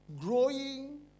growing